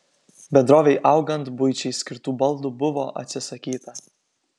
bendrovei augant buičiai skirtų baldų buvo atsisakyta